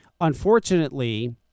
Unfortunately